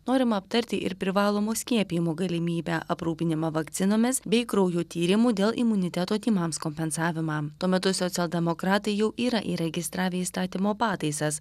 norima aptarti ir privalomo skiepijimo galimybę aprūpinimą vakcinomis bei kraujo tyrimų dėl imuniteto tymams kompensavimą tuo metu socialdemokratai jau yra įregistravę įstatymo pataisas